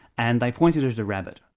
and they pointed at a rabbit,